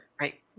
right